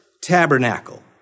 tabernacle